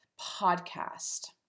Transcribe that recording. podcast